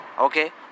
Okay